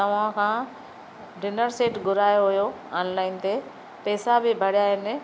तव्हां खां dinner set घुरायो हुयो ऑनलाइन ते पैसा बि भरिया आहिनि